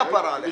כפרה עלייך.